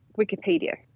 Wikipedia